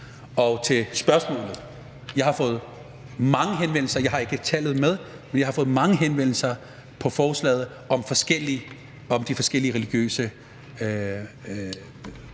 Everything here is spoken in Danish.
Til spørgsmålet: Jeg har fået mange henvendelser. Jeg har ikke tallet med, men jeg har fået mange henvendelser til forslaget om de forskellige religiøse